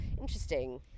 interesting